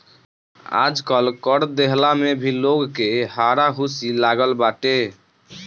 आजकल कर देहला में भी लोग के हारा हुसी लागल बाटे